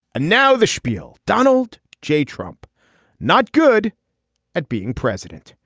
now the spiel. donald j trump not good at being president.